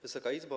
Wysoka Izbo!